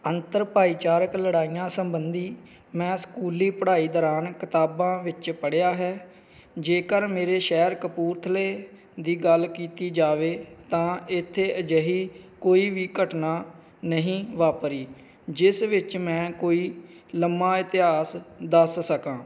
ਅੰਤਰ ਭਾਈਚਾਰਕ ਲੜਾਈਆਂ ਸੰਬੰਧੀ ਮੈਂ ਸਕੂਲੀ ਪੜ੍ਹਾਈ ਦੌਰਾਨ ਕਿਤਾਬਾਂ ਵਿੱਚ ਪੜ੍ਹਿਆ ਹੈ ਜੇਕਰ ਮੇਰੇ ਸ਼ਹਿਰ ਕਪੂਰਥਲੇ ਦੀ ਗੱਲ ਕੀਤੀ ਜਾਵੇ ਤਾਂ ਇੱਥੇ ਅਜਿਹੀ ਕੋਈ ਵੀ ਘਟਨਾ ਨਹੀਂ ਵਾਪਰੀ ਜਿਸ ਵਿੱਚ ਮੈਂ ਕੋਈ ਲੰਮਾ ਇਤਿਹਾਸ ਦੱਸ ਸਕਾਂ